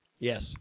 Yes